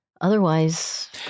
otherwise